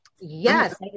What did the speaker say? yes